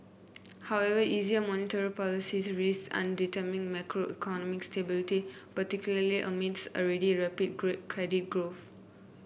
however easier monetary policy risks undermining macroeconomic stability particularly amid already rapid credit growth